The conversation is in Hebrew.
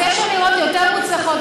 אז יש אמירות יותר מוצלחות,